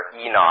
Enoch